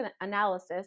analysis